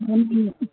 हजुर